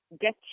get